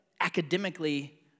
academically